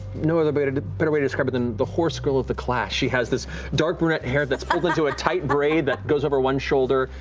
no other but better way to describe her than the horse girl of the class. she has this dark brunette hair that's pulled into a tight braid that goes over one shoulder,